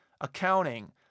accounting